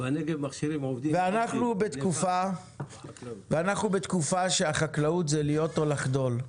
אנחנו בתקופה שהחקלאות זה להיות או לחדול,